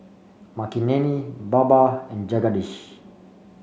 Makineni Baba and Jagadish